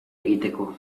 egiteko